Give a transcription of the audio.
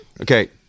okay